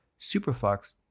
Superflux